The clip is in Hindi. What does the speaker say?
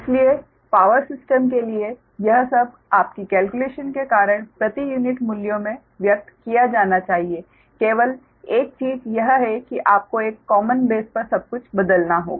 इसलिए पावर सिस्टम के लिए यह सब आपकी कैलक्युलेशन के कारण प्रति यूनिट मूल्यों में व्यक्त किया जाना चाहिए केवल एक चीज यह है कि आपको एक कॉमन बेस पर सब कुछ बदलना होगा